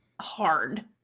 hard